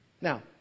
Now